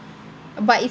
but if